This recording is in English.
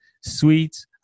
sweets